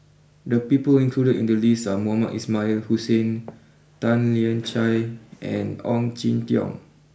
the people included in the list are Mohamed Ismail Hussain Tan Lian Chye and Ong Jin Teong